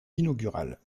inaugurale